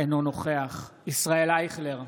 אינו נוכח ישראל אייכלר,